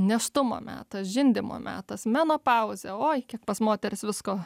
nėštumo metas žindymo metas menopauzė o kiek pas moteris visko